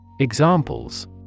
Examples